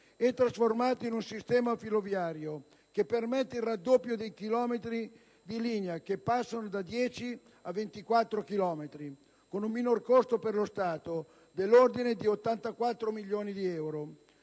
e trasformato in un sistema filoviario che permette il raddoppio dei chilometri di linea (che passano da 10 a 24), con un minore costo per lo Stato dell'ordine di 84 milioni di euro.